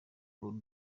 bull